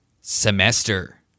Semester